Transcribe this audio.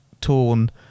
torn